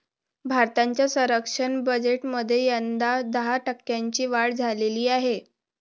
भारताच्या संरक्षण बजेटमध्ये यंदा दहा टक्क्यांनी वाढ झालेली आहे